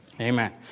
Amen